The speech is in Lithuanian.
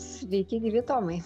sveiki gyvi tomai